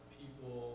people